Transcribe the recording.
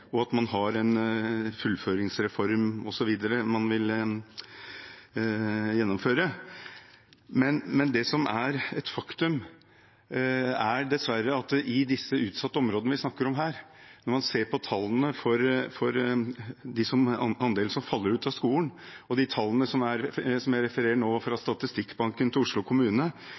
og at man har en fullføringsreform man vil gjennomføre osv., men det som dessverre er et faktum, er at i disse utsatte områdene vi snakker om her, når man ser på tallene for andelen som faller ut av skolen, så er tallene jeg referer nå, fra Statistikkbanken til Oslo kommune,